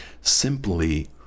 simply